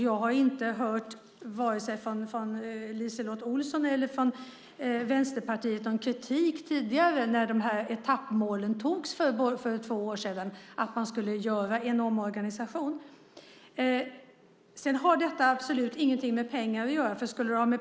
Jag har inte hört vare sig från LiseLotte Olsson eller från Vänsterpartiet någon kritik tidigare när det beslutades om de här etappmålen för två år sedan och att man skulle göra en omorganisation. Detta har absolut ingenting med pengar att göra.